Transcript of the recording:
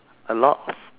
a lot